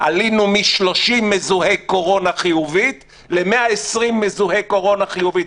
עלינו מ-30 מזוהי קורונה חיובית ל-120 מזוהי קורונה חיובית,